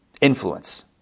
influence